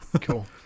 Cool